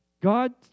God